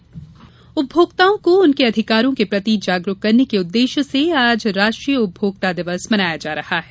उपभोक्ता दिवस उपभोक्ताओं को उनके अधिकारों के प्रति जागरूक करने के उद्देश्य से आज राष्ट्रीय उपभोक्ता दिवस मनाया जा रहा है